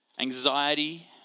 anxiety